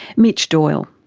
mitch doyle.